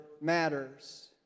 matters